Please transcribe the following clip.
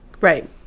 Right